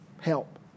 help